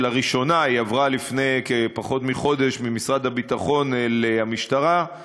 שלראשונה היא עברה לפני פחות מחודש ממשרד הביטחון למשטרה,